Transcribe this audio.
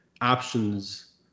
options